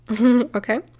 okay